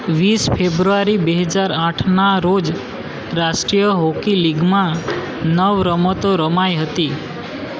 વીસ ફેબ્રુઆરી બે હજાર આઠના રોજ રાષ્ટ્રીય હોકી લીગમાં નવ રમતો રમાઈ હતી